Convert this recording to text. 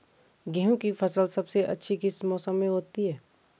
गेहूँ की फसल सबसे अच्छी किस मौसम में होती है